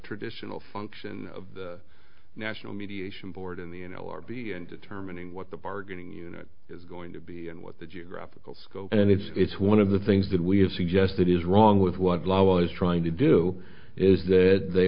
traditional function of the national mediation board in the you know or b and determining what the bargaining unit is going to be and what the geographical scope and it's it's one of the things that we have suggested is wrong with what law was trying to do is that they